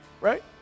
Right